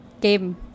Game